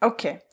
Okay